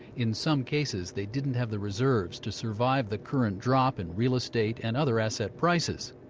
in some cases, they didn't have the reserves to survive the current drop in real estate and other asset prices.